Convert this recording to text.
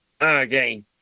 Okay